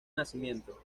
nacimiento